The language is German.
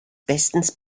bestens